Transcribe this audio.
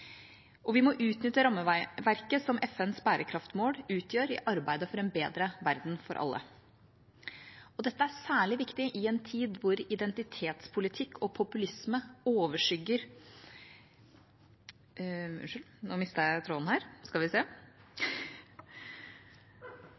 press. Vi må utnytte rammeverket som FNs bærekraftsmål utgjør i arbeidet for en bedre verden for alle. Dette er særlig viktig i en tid hvor identitetspolitikk og populisme